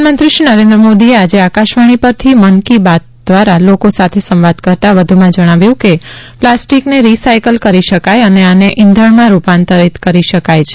પ્રધાનમંત્રી શ્રી નરેન્દ્ર મોદીએ આજે આકાશવાણી પરથી મન કી બાત દ્વારા લોકો સાથે સંવાદ કરતાં વધુમાં જણાવ્યું હતું કે પ્લાસ્ટિકને રિસાયક્લ કરી શકાય છે અને આને ઇંધણમાં રૂપાંતરિત કરી શકાય છે